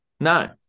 No